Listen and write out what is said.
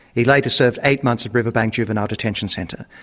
he later served eight months at riverbank juvenile detention centre.